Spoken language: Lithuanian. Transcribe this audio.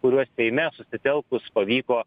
kuriuos seime susitelkus pavyko